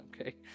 okay